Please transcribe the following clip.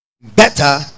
better